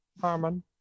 Harmon